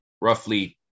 roughly